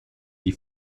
die